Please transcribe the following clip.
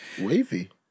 Wavy